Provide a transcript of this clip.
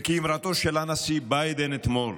וכאמרתו של הנשיא ביידן אתמול: